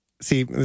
See